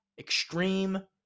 Extreme